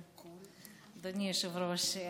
אדוני היושב-ראש,